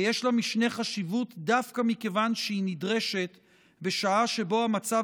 ויש לה משנה חשיבות דווקא מכיוון שהיא נדרשת בשעה שבה המצב